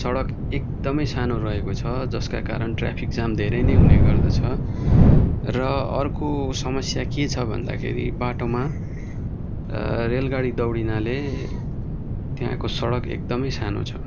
सडक एकदमै सानो रहेको छ जसका कारण ट्राफिक जाम धेरै नै हुने गर्दछ र अर्को समस्या के छ भन्दाखेरि बाटोमा रेलगाडी दौडिनाले त्यहाँको सडक एकदमै सानो छ